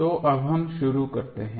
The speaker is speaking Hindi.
तो अब हम शुरू करते हैं